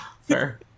fair